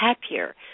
happier